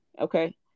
Okay